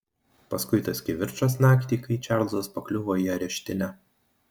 paskui tas kivirčas naktį kai čarlzas pakliuvo į areštinę